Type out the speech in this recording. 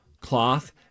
cloth